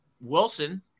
Wilson